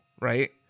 right